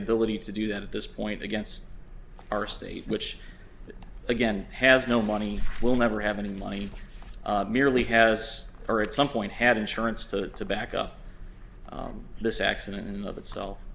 ability to do that at this point against our state which again has no money will never have any money merely has or at some point had insurance to back up this accident and of itself